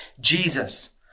Jesus